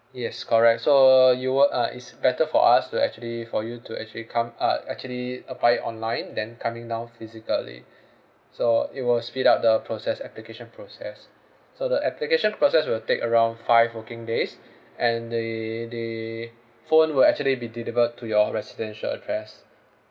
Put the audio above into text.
yes correct so you were uh is better for us to actually for you to actually come uh actually apply online than coming down physically so it will speed up the process application process so the application process will take around five working days and the the phone will actually be delivered to your residential address